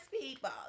People